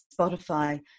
Spotify